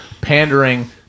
pandering